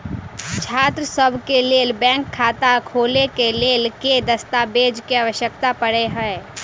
छात्रसभ केँ लेल बैंक खाता खोले केँ लेल केँ दस्तावेज केँ आवश्यकता पड़े हय?